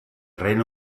reino